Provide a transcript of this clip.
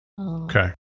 Okay